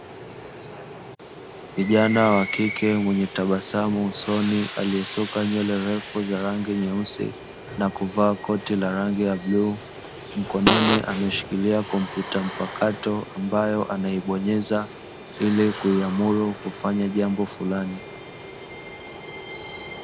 Kijana wakike mwenye tabasamu usoni aliyesuka nywele refu za rangi nyeusi na kuvaa koti la rangi ya bluu, mkononi ameshikilia kompyuta mpakato ambayo anaibonyeza ilikuamuru kufanya jambo fulani.